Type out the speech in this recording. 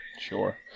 Sure